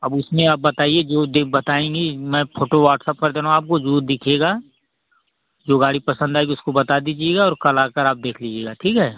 अब उसमें आप बताइए जो बताएँगी मैं फोटो वाट्सअप कर दे रहा हूँ आपको जो दिखेगा जो गाड़ी पसंद आएगी उसको बता दीजिएगा और कल आकर आप देख लीजिएगा ठीक है